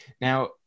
Now